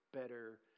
better